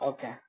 Okay